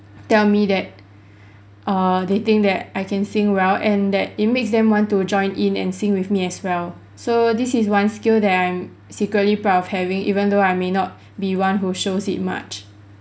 tell me that err they think that I can sing well and that it makes them want to join in and sing with me as well so this is one skill that I'm secretly proud of having even though I may not be one who shows it much